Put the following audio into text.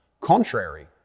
contrary